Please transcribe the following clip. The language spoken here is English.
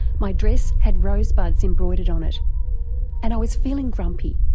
my dress had rosebuds embroidered on it and i was feeling grumpy.